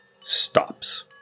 stops